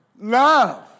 Love